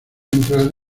entrar